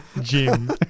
Jim